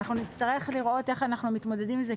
אנחנו נצטרך לראות איך אנחנו מתמודדים עם זה.